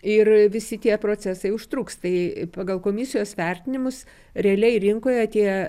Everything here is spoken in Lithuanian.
ir visi tie procesai užtruks tai pagal komisijos vertinimus realiai rinkoje tie